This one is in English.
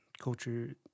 culture